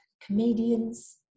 comedians